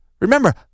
Remember